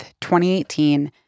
2018